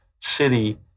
city